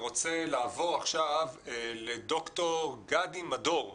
אני רוצה לעבור עכשיו לד"ר גדי מדור,